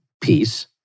peace